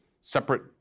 separate